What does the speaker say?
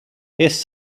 his